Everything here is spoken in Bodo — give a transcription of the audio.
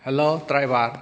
hello driver